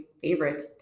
favorite